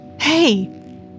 Hey